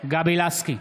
גבי לסקי,